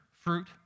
fruit